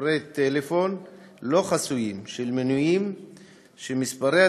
מספרי טלפון לא חסויים של מנויים שמספרי